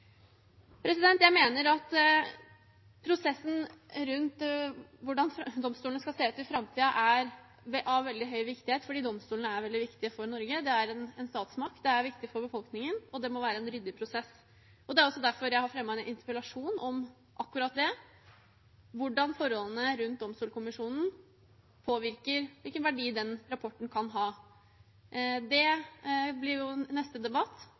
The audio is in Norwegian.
se ut i framtiden, er av veldig høy viktighet, for domstolene er veldig viktige for Norge. De er en statsmakt, de er viktige for befolkningen, og det må være en ryddig prosess. Det er også derfor jeg har fremmet en interpellasjon om akkurat det: hvordan forholdene rundt Domstolkommisjonen påvirker hvilken verdi den rapporten kan ha. Det blir neste debatt